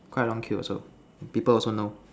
quite a long queue also people also know